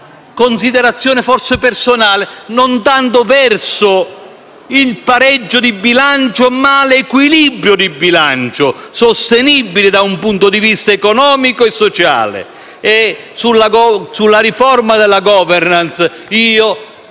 considerazione personale - il pareggio di bilancio, ma verso l'equilibrio di bilancio, sostenibile da un punto di vista economico e sociale. Sulla riforma della *governance*,